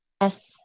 Yes